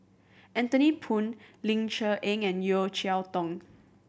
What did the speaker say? Anthony Poon Ling Cher Eng and Yeo Cheow Tong